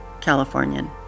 Californian